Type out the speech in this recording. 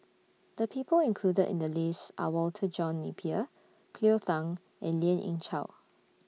The People included in The list Are Walter John Napier Cleo Thang and Lien Ying Chow